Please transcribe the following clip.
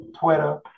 Twitter